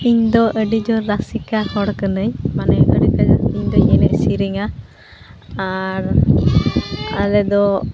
ᱤᱧᱫᱚ ᱟᱹᱰᱤᱡᱳᱨ ᱨᱟᱹᱥᱤᱠᱟ ᱦᱚᱲ ᱠᱟᱹᱱᱟᱹᱧ ᱢᱟᱱᱮ ᱟᱹᱰᱤ ᱠᱟᱡᱟᱠ ᱤᱧᱫᱚᱧ ᱮᱱᱮᱡᱼᱥᱮᱨᱮᱧᱟ ᱟᱨ ᱟᱞᱮᱫᱚ